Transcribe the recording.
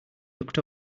looked